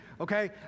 Okay